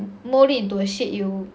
mould it into a shape you'll